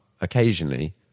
occasionally